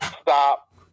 stop